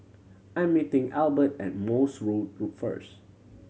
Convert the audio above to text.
I'm meeting Elbert at Morse Road first